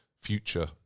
future